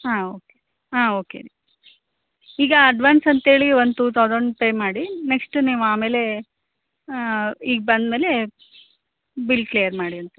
ಹಾಂ ಓಕ್ ಹಾಂ ಓಕೆ ಈಗ ಅಡ್ವಾನ್ಸ್ ಅಂತೇಳಿ ಒನ್ ಟೂ ತೌಸಂಡ್ ಪೇ ಮಾಡಿ ನೆಕ್ಸ್ಟ್ ನೀವು ಆಮೇಲೆ ಈಗ ಬಂದ್ಮೇಲೆ ಬಿಲ್ ಕ್ಲಿಯರ್ ಮಾಡಿವ್ಯಂತೆ